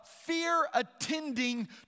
fear-attending